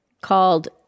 called